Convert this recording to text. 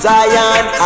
Zion